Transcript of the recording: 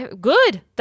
Good